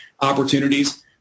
opportunities